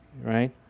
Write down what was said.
right